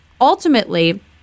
ultimately